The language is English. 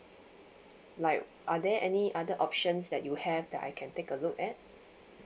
like are there any other options that you have that I can take a look at